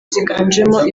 ziganjemo